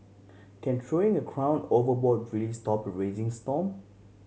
can throwing a crown overboard really stop a raging storm